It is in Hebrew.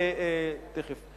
נא לסיים.